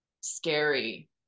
scary